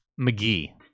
McGee